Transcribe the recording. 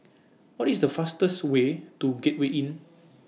What IS The fastest Way to Gateway Inn